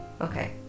Okay